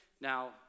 now